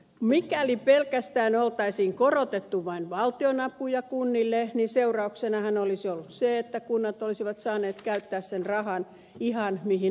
mikäli pelkästään olisi korotettu vain valtionapuja kunnille niin seurauksenahan olisi ollut se että kunnat olisivat saaneet käyttää ne rahat ihan mihin haluavat